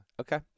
Okay